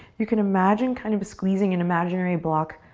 you can imagine kind of squeezing an imaginary block.